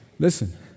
Listen